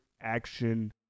action